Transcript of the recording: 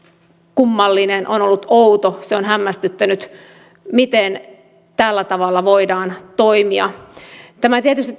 kummallinen on ollut outo se on hämmästyttänyt miten tällä tavalla voidaan toimia tämä keskustelu tietysti